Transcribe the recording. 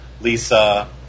Lisa